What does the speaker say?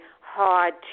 hard